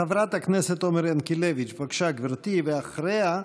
חברת הכנסת עומר ינקלביץ', בבקשה, גברתי, ואחריה,